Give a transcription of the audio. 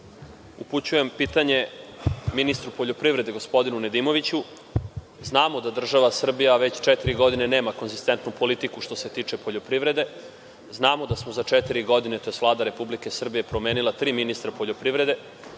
upućujem pitanje ministru poljoprivrede, gospodinu Nedimoviću. Znamo da država Srbija već četiri godine nema koegzistentnu politiku što se tiče poljoprivrede, znamo da smo za četiri godine, tj. Vlada Republike Srbije je promenila tri ministra poljoprivrede.